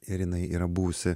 ir jinai yra buvusi